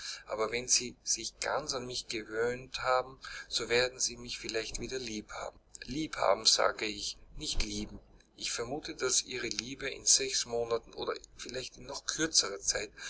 aber wenn sie sich ganz an mich gewöhnt haben so werden sie mich vielleicht wieder lieb haben lieb haben sage ich nicht lieben ich vermute daß ihre liebe in sechs monaten oder in vielleicht noch kürzerer zeit